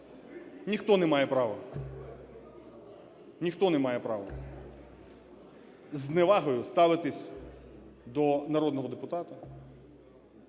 не має права зі зневагою ставитися до народного депутата.